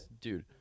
dude